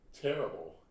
terrible